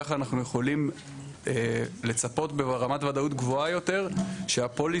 ככה אנחנו יכולים לצפות ברמת ודאות גבוהה יותר שהפוליסות